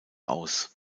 aus